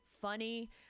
funny